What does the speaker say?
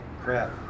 crap